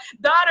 daughter